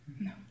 No